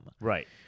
Right